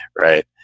right